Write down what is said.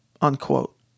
unquote